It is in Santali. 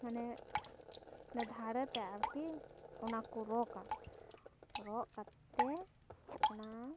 ᱢᱟᱱᱮ ᱫᱷᱟᱨᱮ ᱛᱮ ᱟᱨᱠᱤ ᱚᱱᱟ ᱠᱚ ᱨᱚᱜᱟ ᱨᱚᱜ ᱠᱟᱛᱮ ᱚᱱᱟ